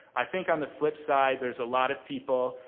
i think on the flip side there's a lot of people,